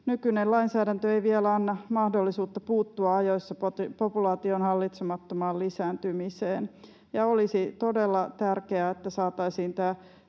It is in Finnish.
Nykyinen lainsäädäntö ei vielä anna mahdollisuutta puuttua ajoissa populaation hallitsemattomaan lisääntymiseen. Olisi todella tärkeää, että saataisiin